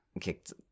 Kicked